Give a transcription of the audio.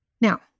Now